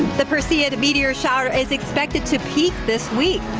the perseids meteor shower is expected to peak this week.